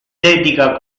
dedica